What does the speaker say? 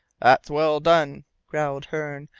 that's well done! growled hearne,